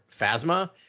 Phasma